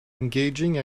engaging